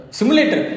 Simulator